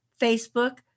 facebook